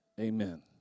amen